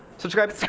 subscribe! is